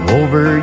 over